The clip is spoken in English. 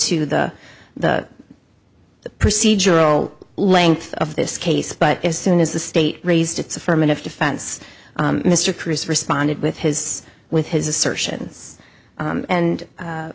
to the the procedural length of this case but as soon as the state raised its affirmative defense mr kris responded with his with his assertions and